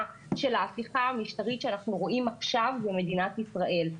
של ההפיכה המשטרית שאנחנו רואים עכשיו במדינת ישראל.